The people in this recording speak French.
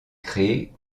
créée